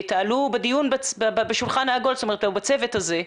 תעלו בדיון בשולחן העגול או בצוות הזה.